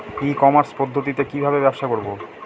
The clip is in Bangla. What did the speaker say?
ই কমার্স পদ্ধতিতে কি ভাবে ব্যবসা করব?